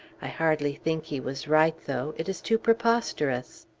i hardly think he was right, though it is too preposterous.